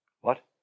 What